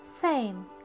fame